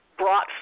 Brought